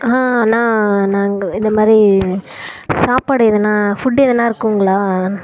நான் நாங்கள் இது மாதிரி சாப்பாடு எதுனால் ஃபுட்டு எதுனால் இருக்குங்ளா